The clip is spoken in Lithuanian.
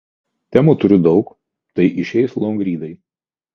temų turiu daug tai išeis longrydai